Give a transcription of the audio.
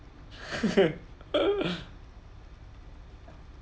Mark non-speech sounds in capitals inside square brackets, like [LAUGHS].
[LAUGHS]